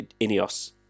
Ineos